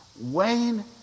Wayne